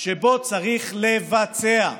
שבו צריך לבצע,